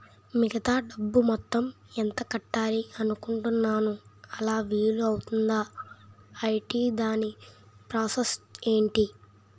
మిగతా డబ్బు మొత్తం ఎంత కట్టాలి అనుకుంటున్నాను అలా వీలు అవ్తుంధా? ఐటీ దాని ప్రాసెస్ ఎంటి?